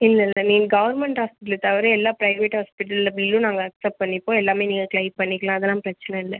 இல்லை இல்லை நீங்கள் கவர்மெண்ட் ஹாஸ்பிட்டல் தவிர எல்லா பிரைவேட் ஹாஸ்பிட்டலில் உள்ள பில்லும் நாங்கள் அக்செப்ட் பண்ணிப்போம் எல்லாமே நீங்கள் க்ளைம் பண்ணிக்கலாம் அதெலாம் பிரச்சின இல்லை